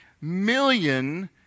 million